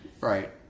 right